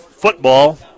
Football